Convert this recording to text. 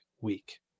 week